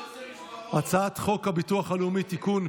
הצעת חוק הביטוח הלאומי (תיקון,